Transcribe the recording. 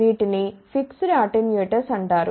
వీటిని fixed attenuators అంటారు